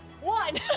One